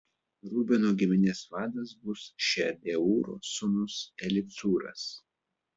rubeno giminės vadas bus šedeūro sūnus elicūras